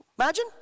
Imagine